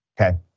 okay